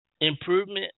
improvement